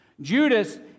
Judas